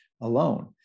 alone